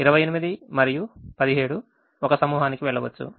28 మరియు 17 1 సమూహానికి వెళ్ళవచ్చు